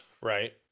Right